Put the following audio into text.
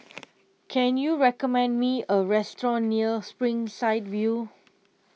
can you recommend me a restaurant near Springside View